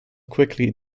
quickly